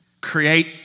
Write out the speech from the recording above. Create